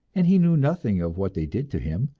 and he knew nothing of what they did to him,